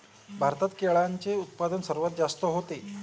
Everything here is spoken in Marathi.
भारतात केळ्यांचे उत्पादन सर्वात जास्त होते